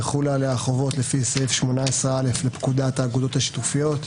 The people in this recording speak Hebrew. יחולו עליה החובות לפי סעיף 18א לפקודת האגודות השיתופיות,